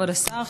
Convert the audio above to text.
כבוד השר,